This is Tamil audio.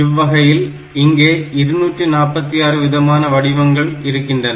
இவ்வகையில் இங்கே 246 விதமான வடிவங்கள் இருக்கின்றன